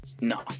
No